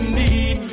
need